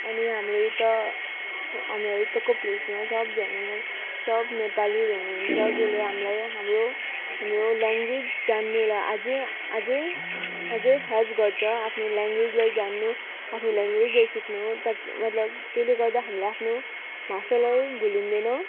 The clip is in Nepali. अनि हाम्रो यता हाम्रो यता कोप्रेसीमा सबजनामा सब नेपाली हुनुहुन्छ जसले हामीलाई हाम्रो हाम्रो ल्याङ्वेज जान्नुलाई अझै अझै अझै हेल्प गर्छ आफ्नो ल्याङ्वेजलाई जान्न आफ्नो ल्याङ्वेजलाई सिक्नु हो ताकि मतलब त्यसले गर्दा हामीलाई आफ्नो भाषालाई भुलिँदैन